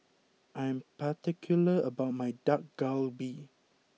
I'm particular about my Dak Galbi